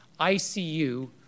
ICU